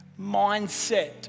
mindset